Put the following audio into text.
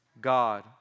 God